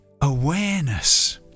awareness